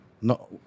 No